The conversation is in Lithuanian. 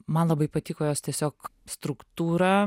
man labai patiko jos tiesiog struktūra